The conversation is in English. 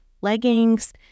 leggings